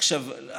עכשיו,